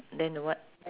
then the what